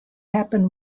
happen